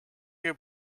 your